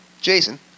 Jason